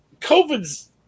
COVID's